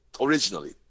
originally